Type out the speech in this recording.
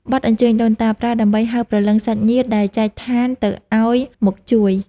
បទអញ្ជើញដូនតា ប្រើដើម្បីហៅព្រលឹងសាច់ញាតិដែលចែកឋានទៅឱ្យមកជួយ។